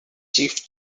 chief